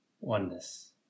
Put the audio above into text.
oneness